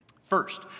First